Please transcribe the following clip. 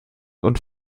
und